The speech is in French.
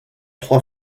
trois